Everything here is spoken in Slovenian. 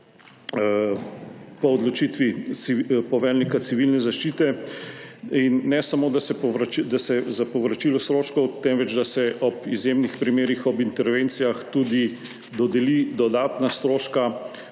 po odločitvi poveljnika Civilne zaščite. In ne samo, da se za povračilo stroškov, temveč da se ob izjemnih primerih ob intervencijah tudi dodeli dodatna stroška